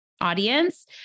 audience